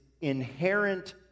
inherent